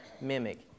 mimic